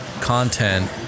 content